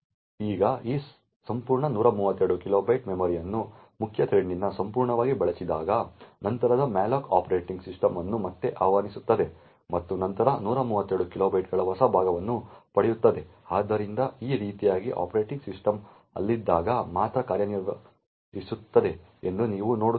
ಈಗ ಈ ಸಂಪೂರ್ಣ 132 ಕಿಲೋಬೈಟ್ಗಳ ಮೆಮೊರಿಯನ್ನು ಮುಖ್ಯ ಥ್ರೆಡ್ನಿಂದ ಸಂಪೂರ್ಣವಾಗಿ ಬಳಸಿದಾಗ ನಂತರದ malloc ಆಪರೇಟಿಂಗ್ ಸಿಸ್ಟಂ ಅನ್ನು ಮತ್ತೆ ಆಹ್ವಾನಿಸುತ್ತದೆ ಮತ್ತು ನಂತರ 132 ಕಿಲೋಬೈಟ್ಗಳ ಹೊಸ ಭಾಗವನ್ನು ಪಡೆಯುತ್ತದೆ ಆದ್ದರಿಂದ ಈ ರೀತಿಯಾಗಿ ಆಪರೇಟಿಂಗ್ ಸಿಸ್ಟಮ್ ಅಲ್ಲಿದ್ದಾಗ ಮಾತ್ರ ಕಾರ್ಯನಿರ್ವಹಿಸುತ್ತದೆ ಎಂದು ನೀವು ನೋಡುತ್ತೀರಿ